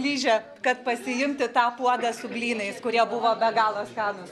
liže kad pasiimti tą puodą su blynais kurie buvo be galo skanūs